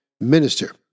minister